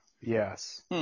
Yes